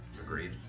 Agreed